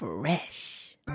fresh